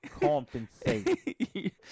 Compensate